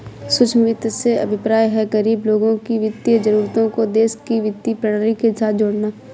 सूक्ष्म वित्त से अभिप्राय है, गरीब लोगों की वित्तीय जरूरतों को देश की वित्तीय प्रणाली के साथ जोड़ना